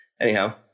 anyhow